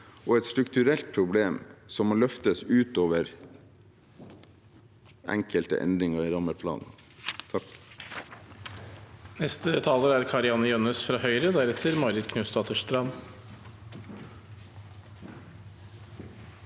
og et strukturelt problem som må løftes ut over enkelte endringer i rammeplanen.